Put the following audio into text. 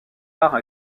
part